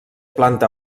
planta